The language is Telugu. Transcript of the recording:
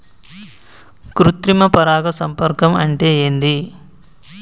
కృత్రిమ పరాగ సంపర్కం అంటే ఏంది?